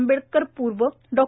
आंबेडकर पूर्व डॉ